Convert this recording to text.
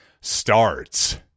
starts